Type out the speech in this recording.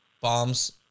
bombs